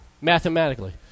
mathematically